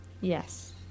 Yes